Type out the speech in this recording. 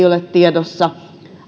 ole tiedossa